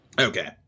Okay